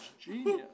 genius